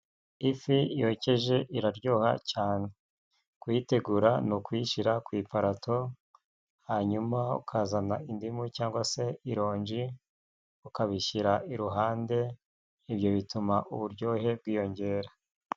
Ifi yokeje iraryoha cyane, kuyitegura ni ukuyishyira ku iparato hanyuma ukazana indimu cyangwa se ironji ukabishyira iruhande, ibyo bituma uburyohe bwiyongera.